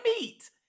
meat